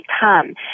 come